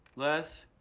les?